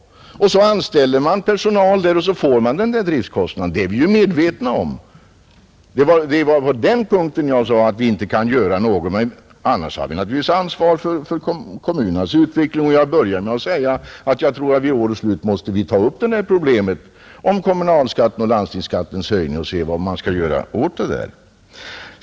Så anställer man personal där och får den stora driftkostnaden — det är vi medvetna om. Det var på den punkten jag sade att vi inte kan göra något. Men annars har vi naturligtvis ansvar för kommunernas utveckling. Jag började med att säga att jag tror att vi vid årets slut måste ta upp problemet om kommunalskattens och landstingsskattens höjning och se vad man skall göra åt det.